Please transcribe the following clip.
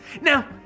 Now